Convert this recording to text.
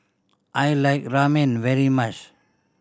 I like Ramen very much